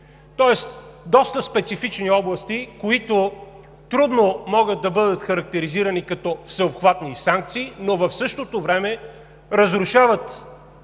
Тоест доста специфични области, които трудно могат да бъдат характеризирани като всеобхватни санкции, но в същото време разрушават